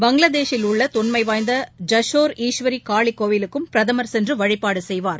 பங்களாதேஷில் உள்ள தொன்மை வாய்ந்த ஜஷோர் ஈஸ்வரி காளிக்கோவிலுக்கும் பிரதமர் சென்று வழிபாடு செய்வார்